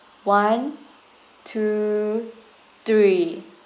one two three